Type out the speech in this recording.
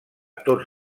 tots